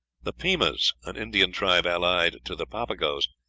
the pimas, an indian tribe allied to the papagos,